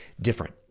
different